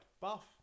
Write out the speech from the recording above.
buff